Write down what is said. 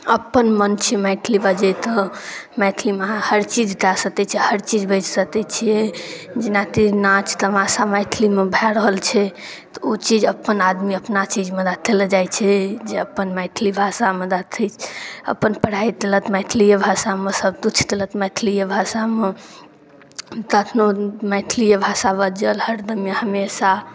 अपन मन छी मैथिली बाजयके मैथिलीमे अहाँ हर चीज कए सकै छी हर चीज बाजि सकै छियै जेनाकि नाच तमाशा मैथिलीमे भऽ रहल छै तऽ ओ चीज अपन आदमी अपना चीजमे लऽ जाइ छै जे अपन मैथिली भाषामे अपन पढ़ाइ केलक मैथिलिए भाषामे सब किछु केलक मैथलिए भाषामे तखनो मैथिलिए भाषा बाजल हर दिन हमेशा